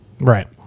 Right